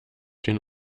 den